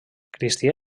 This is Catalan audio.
cristià